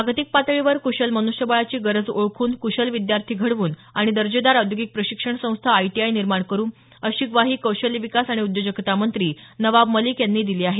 जागतिक पातळीवर कुशल मन्ष्यबळाची गरज ओळखून कुशल विद्यार्थी घडवू आणि दर्जेदार औद्योगिक प्रशिक्षण संस्था आटीआय निर्माण करू अशी ग्वाही कौशल्य विकास आणि उद्योजकता मंत्री नवाब मलिक यांनी दिली आहे